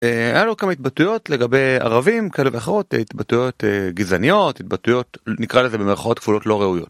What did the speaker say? היה לו כמה התבטאות לגבי ערבים כאלה ואחרות, התבטאויות גזעניות, התבטאויות נקרא לזה במערכות כפולות לא ראויות.